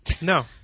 No